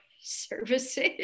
services